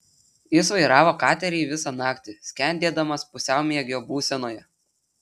jis vairavo katerį visą naktį skendėdamas pusiaumiegio būsenoje